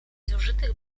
zużytych